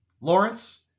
Lawrence